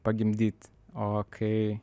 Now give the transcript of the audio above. pagimdyt o kai